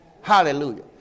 Hallelujah